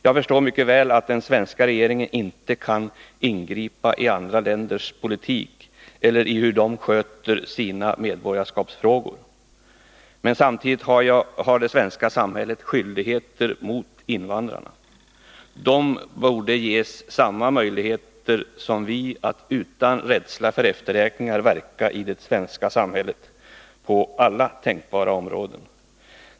Jag förstår mycket väl att den svenska regeringen inte kan ingripa i andra länders politik eller i hur de sköter sina medborgarskapsfrågor, men samtidigt har det svenska samhället skyldigheter mot invandrarna. De borde ges samma möjligheter som vi att utan rädsla för efterräkningar verka i det svenska samhället på alla tänkbara områden.